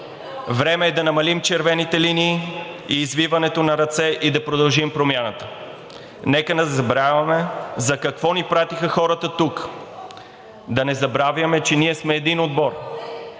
Време е да намалим червените линии и извиването на ръце и да продължим промяната. Нека не забравяме за какво ни пратиха хората тук. Да не забравяме, че ние сме един отбор,